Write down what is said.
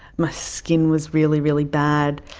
my skin was really, really bad,